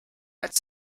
als